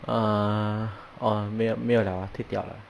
err orh 没有没有了推掉了啊